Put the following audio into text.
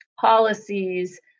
policies